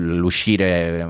l'uscire